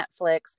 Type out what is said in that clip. Netflix